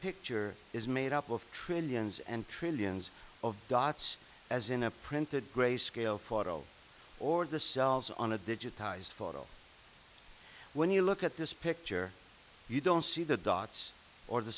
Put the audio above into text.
picture is made up of trillions and trillions of dots as in a printed gray scale photo or the cells on a digitized photo when you look at this picture you don't see the dots or the